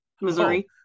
Missouri